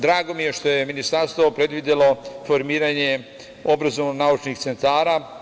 Drago mi je što je Ministarstvo predvidelo formiranje obrazovno-naučih centara.